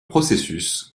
processus